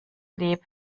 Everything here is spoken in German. lieb